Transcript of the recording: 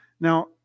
Now